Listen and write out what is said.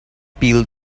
pill